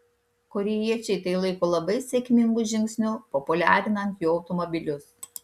korėjiečiai tai laiko labai sėkmingu žingsniu populiarinant jų automobilius